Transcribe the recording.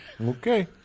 Okay